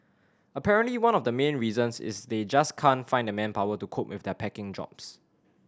apparently one of the main reasons is they just can't find the manpower to cope with their packing jobs